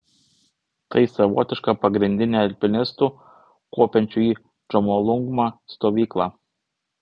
tai savotiška pagrindinė alpinistų kopiančių į džomolungmą stovykla